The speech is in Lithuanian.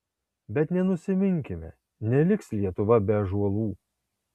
bet nenusiminkime neliks lietuva be ąžuolų